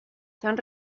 están